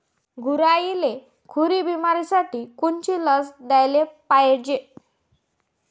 गुरांइले खुरी बिमारीसाठी कोनची लस द्याले पायजे?